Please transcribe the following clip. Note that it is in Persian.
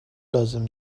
لازم